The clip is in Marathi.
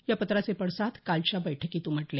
या पत्राचे पडसाद कालच्या बैठकीत उमटले